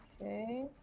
Okay